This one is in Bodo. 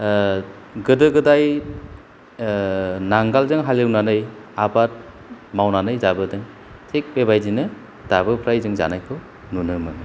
गोदो गोदाय नांगोलजों हालेवनानै आबाद मावनानै जाबोदों थिग बेबायदिनो दाबो फ्राय जों जानायखौ नुनो मोनो